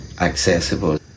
accessible